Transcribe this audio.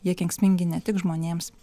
jie kenksmingi ne tik žmonėms